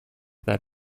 that